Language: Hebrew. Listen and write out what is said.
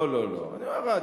אה, לא, לא, לא.